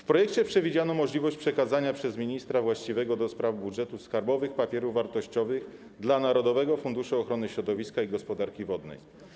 W projekcie przewidziano możliwość przekazania przez ministra właściwego do spraw budżetu skarbowych papierów wartościowych dla Narodowego Funduszu Ochrony Środowiska i Gospodarki Wodnej.